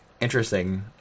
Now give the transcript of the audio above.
interesting